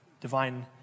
divine